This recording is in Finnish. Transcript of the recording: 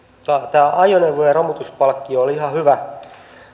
tämä ajoneuvojen romutuspalkkio oli ihan hyvä